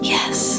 Yes